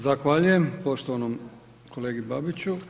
Zahvaljujem poštovanom kolegi Babiću.